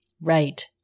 Right